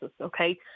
okay